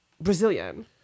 brazilian